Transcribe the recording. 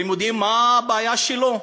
אתם יודעים מה הבעיה שלו?